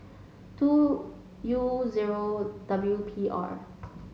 two U zero W P R